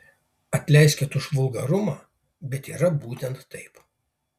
atleiskit už vulgarumą bet yra būtent taip